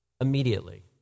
immediately